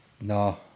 no